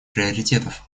приоритетов